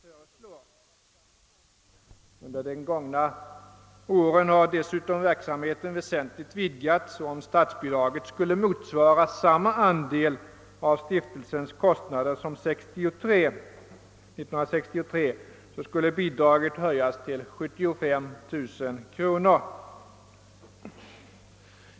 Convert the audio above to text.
Under de gångna åren har verksamheten emellertid väsentligt utvidgats, och om statsbidraget skulle motsvara samma andel av stiftelsens kostnader som 1963 skulle bidraget höjas till 75 000 kronor.